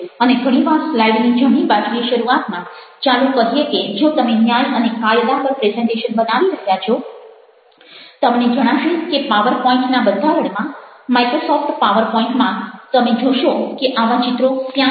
અને ઘણી વાર સ્લાઈડની જમણી બાજુએ શરૂઆતમાં ચાલો કહીએ કે જો તમે ન્યાય અને કાયદા પર પ્રેઝન્ટેશન બનાવી રહ્યા છો તમને જણાશે કે પાવરપોઈન્ટ ના બંધારણમાં માઈક્રોસોફ્ટ પાવરપોઈન્ટ માં તમે જોશો કે આવા ચિત્રો ત્યાં છે